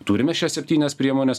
turime šias septynias priemones